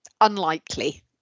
Unlikely